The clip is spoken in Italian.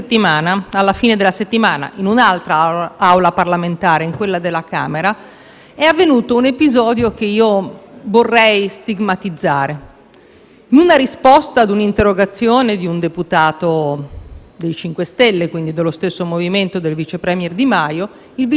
è avvenuto un episodio che vorrei stigmatizzare. Con una risposta all'interrogazione di un deputato dei 5 Stelle, quindi dello stesso MoVimento del vice *premier* Di Maio, quest'ultimo ha risposto rispetto alla situazione della Carige. Ora,